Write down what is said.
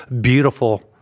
beautiful